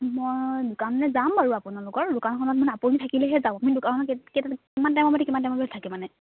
মই দোকানলে যাম বাৰু আপোনালোকৰ দোকানখনত মানে আপুনি থাকিলেহে যাম আপুনি দোকানখন কেইটাত কিমান টাইমৰ পৰা কিমান টাইমলৈ থাকে মানে